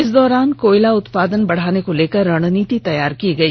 इस दौरान कोयला उत्पादन बढ़ाने को लेकर रणनीति तैयार की गई